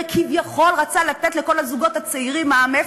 שכביכול רצה לתת לכל הזוגות הצעירים מע"מ אפס?